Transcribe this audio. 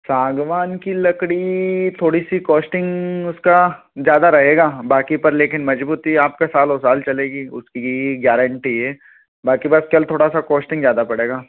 सागवान की लकड़ी थोड़ी सी काॅस्टिंग उसका ज़्यादा रहेगा हँ बाक़ी पर लेकिन मज़बूती आपकी सालो साल चलेगी उसकी गॅरेंटी है बाक़ी बात कल थोड़ा सा कोस्टिंग ज़्यादा पड़ेगा